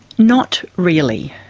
not really,